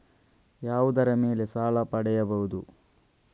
ಯಾವುದರ ಮೇಲೆ ಸಾಲ ಪಡೆಯಬಹುದು?